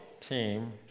team